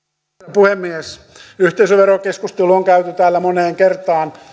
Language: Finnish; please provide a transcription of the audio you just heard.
puhemies yhteisöverokeskustelua on käyty täällä moneen kertaan